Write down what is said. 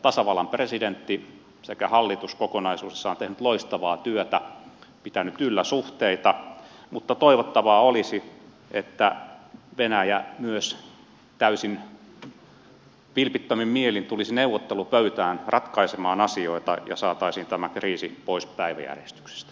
tasavallan presidentti sekä hallitus kokonaisuudessaan ovat tehneet loistavaa työtä pitäneet yllä suhteita mutta toivottavaa olisi että venäjä myös täysin vilpittömin mielin tulisi neuvottelupöytään ratkaisemaan asioita ja saataisiin tämä kriisi pois päiväjärjestyksestä